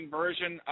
version